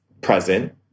present